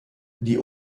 die